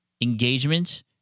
engagement